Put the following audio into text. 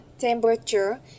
temperature